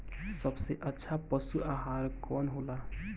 सबसे अच्छा पशु आहार कवन हो ला?